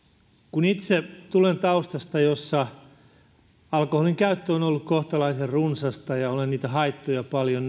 kun itse tulen taustasta jossa alkoholinkäyttö on ollut kohtalaisen runsasta ja olen niitä haittoja paljon